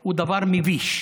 זה דבר מביש.